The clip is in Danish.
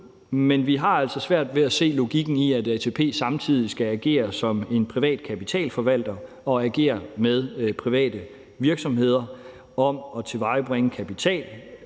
Men vi har altså svært ved at se logikken i, at ATP samtidig skal agere som en privat kapitalforvalter og agere med private virksomheder om at tilvejebringe kapital,